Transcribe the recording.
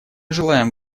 желаем